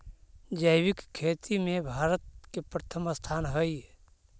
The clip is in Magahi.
जैविक खेती में भारत के प्रथम स्थान हई